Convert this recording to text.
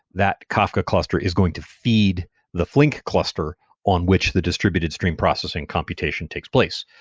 that kafka cluster is going to feed the flink cluster on which the distributed stream processing computation takes place,